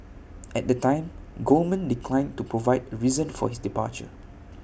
at the time Goldman declined to provide A reason for his departure